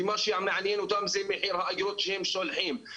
ומה שמעניין אותם זה מחיר האגרות שהם שולחים.